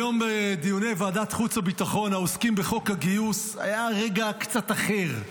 היום בדיוני ועדת חוץ וביטחון העוסקים בחוק הגיוס היה רגע קצת אחר.